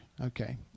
Okay